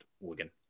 Wigan